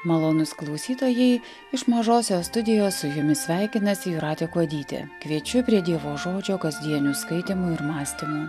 malonūs klausytojai iš mažosios studijos su jumis sveikinasi jūratė kuodytė kviečiu prie dievo žodžio kasdienių skaitymų ir mąstymų